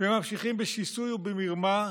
וממשיכים בשיסוי ובמרמה,